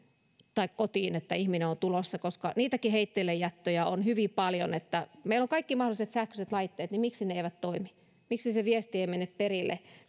tai kotiin että ihminen on tulossa koska niitä heitteillejättöjäkin on hyvin paljon kun meillä on kaikki mahdolliset sähköiset laitteet niin miksi ne eivät toimi miksi se viesti ei mene perille